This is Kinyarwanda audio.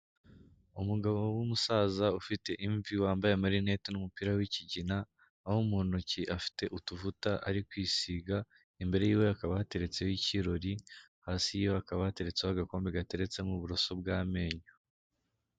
Umugabo w'umusaza ufite imvi wambaye amarinete n'umupira w'ikigina, aho mu ntoki afite utuvuta ari kwisiga, imbere yiwe hakaba hateretseho icyirori, hasi yiwe hakaba hateretseho agakombe gateretsemo uburoso bw'amenyo.